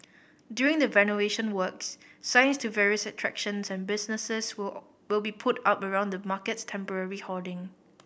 during the renovation works signs to various attractions and businesses will all will be put up around the market's temporary hoarding